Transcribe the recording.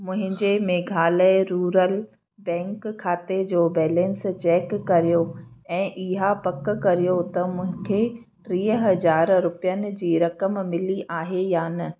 मुंहिंजे Meghalaya rural bank खाते जो बैलेंस चैक करियो ऐं इहा पक करियो त मूंखे टीह हज़ार रुपयनि जी रक़म मिली आहे या न